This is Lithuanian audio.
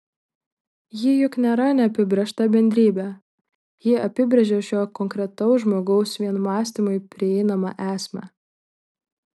ji juk nėra neapibrėžta bendrybė ji apibrėžia šio konkretaus žmogaus vien mąstymui prieinamą esmę